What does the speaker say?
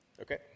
Okay